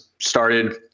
started